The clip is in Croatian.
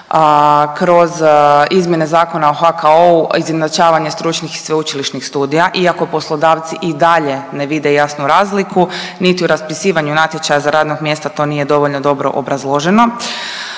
kroz izmjene Zakona o HKO-u izjednačavanje stručnih i sveučilišnih studija iako poslodavci i dalje ne vide jasnu razliku niti u raspisivanju natječaja za radnog mjesta to nije dovoljno dobro obrazloženo.